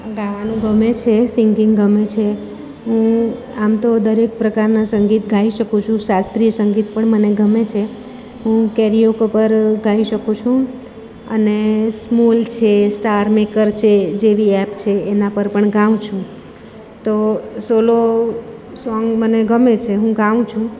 ગાવાનું ગમે છે સિંગિંગ ગમે છે હું આમ તો દરેક પ્રકારનાં સંગીત ગાઈ શકું છું શાસ્ત્રીય સંગીત પણ મને ગમે છે હું કેરીઓકો પર ગાઈ શકું છું અને સ્મુલ છે સ્ટાર મેકર છે જેવી એપ છે એનાં પર પણ ગાઉં છું તો સોલો સોંગ મને ગમે છે હું ગાઉં છું